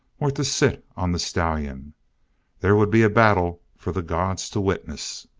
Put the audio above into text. were to sit on the stallion there would be a battle for the gods to witness!